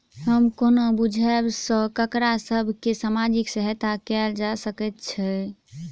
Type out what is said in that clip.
हम कोना बुझबै सँ ककरा सभ केँ सामाजिक सहायता कैल जा सकैत छै?